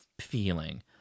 feeling